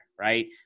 right